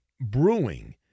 brewing